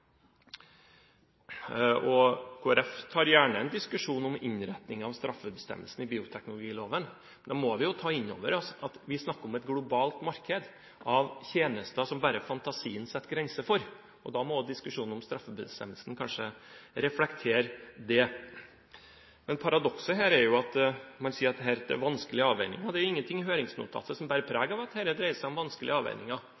tar gjerne en diskusjon om innretningen av straffebestemmelsen i bioteknologiloven. Vi må ta inn over oss at vi snakker om et globalt marked av tjenester som bare fantasien setter grenser for. Da må diskusjonen om straffebestemmelse kanskje reflektere det. Men paradokset her er at man sier at det er vanskelige avveininger. Det er ingenting i høringsnotatet som